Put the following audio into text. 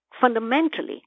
fundamentally